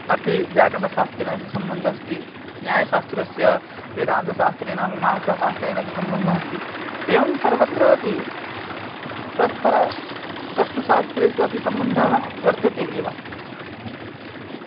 अपि व्याकरणशास्त्रीयः सम्बन्धः अस्ति न्यायशास्त्रस्य वेदान्तशास्त्रेण विमांसाशास्त्रेण अपि सम्बन्धः अस्ति एवं सर्वत्रापि परस्परं षट्सु शास्त्रेषु अपि सम्बन्धः वर्तते एव